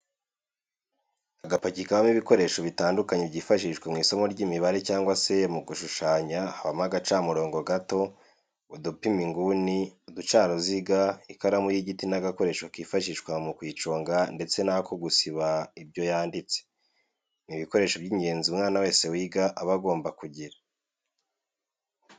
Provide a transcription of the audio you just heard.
Agapaki kabamo ibikoresho bitandukanye byifashishwa mu isomo ry'imibare cyangwa se mu gushushanya habamo agacamurongo gato, udupima inguni, uducaruziga, ikaramu y'igiti n'agakoresho kifashishwa mu kuyiconga ndetse n'ako gusiba ibyo yanditse, ni ibikoresho by'ingenzi umwana wese wiga aba agomba kugira.